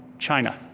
china,